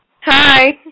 hi